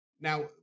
Now